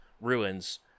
ruins